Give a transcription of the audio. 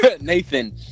Nathan